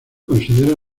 considera